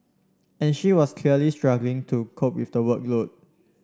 and she was clearly struggling to cope with the workload